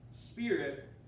spirit